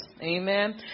Amen